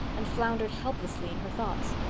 and floundered helplessly in her thoughts.